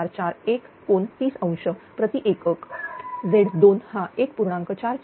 7441 ∠30° प्रति एककZ2 हा 1